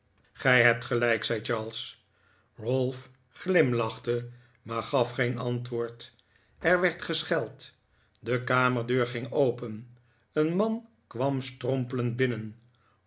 gij hebt gelijk zei charles ralph glimlachte maar gaf geen antwoord er werd gescheld de kamerdeur ging open een man kwam strompelend binnen